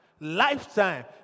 lifetime